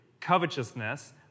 covetousness